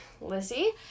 Lizzie